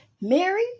Mary